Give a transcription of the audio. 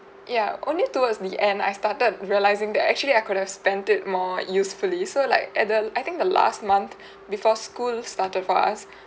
ya only towards the end I started realizing that actually I could have spent it more usefully so like at the I think the last month before school started for us